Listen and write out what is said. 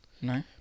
No